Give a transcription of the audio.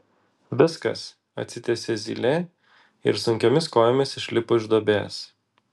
viskas atsitiesė zylė ir sunkiomis kojomis išlipo iš duobės